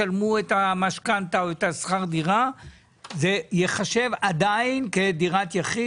ישלמו את המשכנתא או את שכר הדירה זה עדיין ייחשב כדירת יחיד?